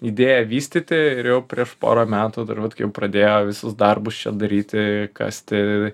idėją vystyti ir jau prieš porą metų turbūt kai jau pradėjo visus darbus čia daryti kasti